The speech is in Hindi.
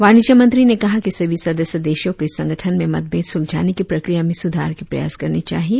वाणिज्य मंत्री ने कहा कि सभी सदस्य देशों को इस संगठन में मतभेद सुलझाने की प्रक्रिया में सुधार के प्रयास करने चाहिए